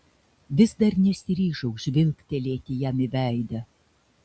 vis dar nesiryžau žvilgtelėti jam į veidą